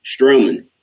Strowman